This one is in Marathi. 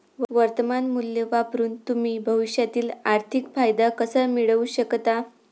वर्तमान मूल्य वापरून तुम्ही भविष्यातील आर्थिक फायदा कसा मिळवू शकता?